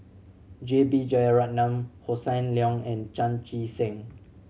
J B Jeyaretnam Hossan Leong and Chan Chee Seng